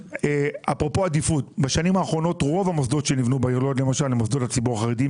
רוב המוסדות שנבנו בשנים האחרונות בעיר לוד הם מוסדות לציבור החרדי.